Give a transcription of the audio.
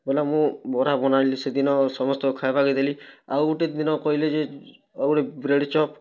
ବଲେ ମୁଁ ବରା ବନାଲି ସେଦିନ ସମସ୍ତଙ୍କୁ ଖାଇବାକୁ ଦେଲି ଆଉ ଗୋଟେ ଦିନ କହିଲେ ଯେ ଆଉ ଗୋଟେ ବ୍ରେଡ଼ ଚପ